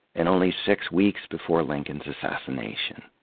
and only six weeks before lincoln's assassination.